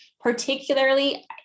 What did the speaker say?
particularly